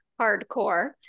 hardcore